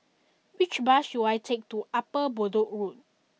which bus should I take to Upper Bedok Road